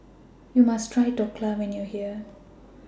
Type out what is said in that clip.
YOU must Try Dhokla when YOU Are here